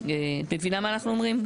את מבינה מה אנחנו אומים?